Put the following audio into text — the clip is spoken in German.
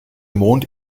mond